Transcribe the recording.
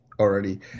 already